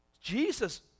Jesus